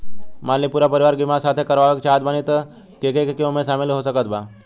मान ली पूरा परिवार के बीमाँ साथे करवाए के चाहत बानी त के के ओमे शामिल हो सकत बा?